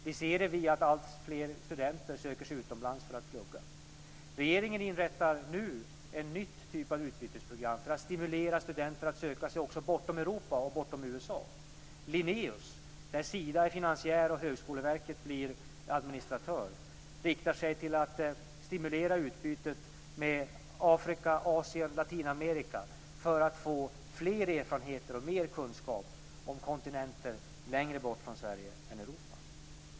Det ser vi i att alltfler studenter söker sig utomlands för att plugga. Regeringen inrättar nu en ny typ av utbytesprogram för att stimulera studenter att söka sig också bortom Europa och USA. Linnaeus, där Sida är finansiär och Högskoleverket blir administratör, riktar sig till att stimulera utbytet med Afrika, Asien och Latinamerika för att få fler erfarenheter och mer kunskap om kontinenter längre bort från Sverige än Europa.